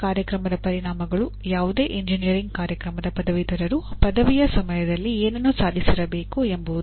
ಕಾರ್ಯಕ್ರಮದ ಪರಿಣಾಮಗಳು ಯಾವುದೇ ಎಂಜಿನಿಯರಿಂಗ್ ಕಾರ್ಯಕ್ರಮದ ಪದವೀಧರರು ಪದವಿಯ ಸಮಯದಲ್ಲಿ ಏನನ್ನು ಸಾಧಿಸರಬೇಕು ಎಂಬುವುದು